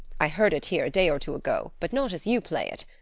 i heard it here a day or two ago, but not as you play it.